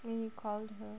when you called her